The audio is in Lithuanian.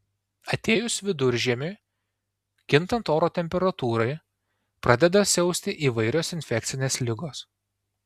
atėjus viduržiemiui kintant oro temperatūrai pradeda siausti įvairios infekcinės ligos